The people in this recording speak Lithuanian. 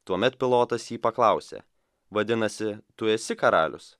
tuomet pilotas jį paklausė vadinasi tu esi karalius